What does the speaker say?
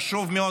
חשוב מאוד,